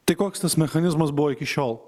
tai koks tas mechanizmas buvo iki šiol